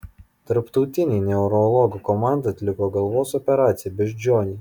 tarptautinė neurologų komanda atliko galvos operaciją beždžionei